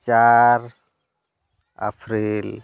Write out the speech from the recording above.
ᱪᱟᱨ ᱮᱯᱨᱤᱞ